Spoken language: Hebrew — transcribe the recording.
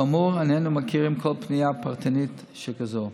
כאמור, איננו מכירים כל פנייה פרטנית שכזאת.